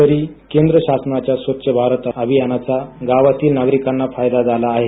तरी केंद्रशासनाच्या स्वच्छ भारत अभियानाचा गावातील नागरिकांना फायदा झाला आहे